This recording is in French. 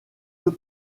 deux